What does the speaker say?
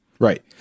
Right